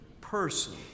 person